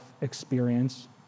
experience